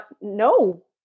no